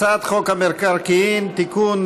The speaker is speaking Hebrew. הצעת חוק המקרקעין (תיקון,